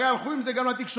הרי הלכו עם זה גם לתקשורת,